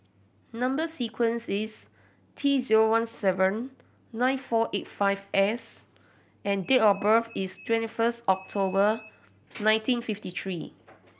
number sequence is T zero one seven nine four eight five S and date of birth is twenty first October nineteen fifty three